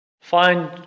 Find